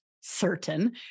certain